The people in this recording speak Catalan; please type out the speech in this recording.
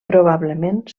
probablement